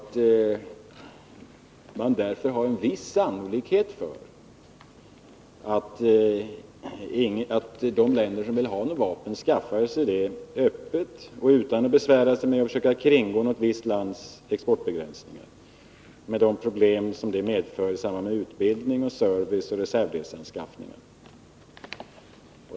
Det finns därför en viss sannolikhet för att de länder som vill ha vapen skaffar sig sådana öppet och utan att besvära sig med att försöka kringgå något visst lands importbegränsningar, med de problem det medför i samband med utbildning, service och reservdelsanskaffningar.